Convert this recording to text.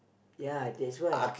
ya that's why